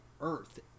earth